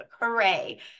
Hooray